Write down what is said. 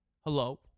hello